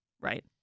right